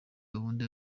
gahunda